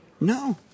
No